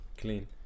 Clean